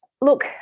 look